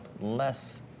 less